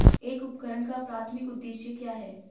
एक उपकरण का प्राथमिक उद्देश्य क्या है?